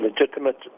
legitimate